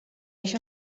eix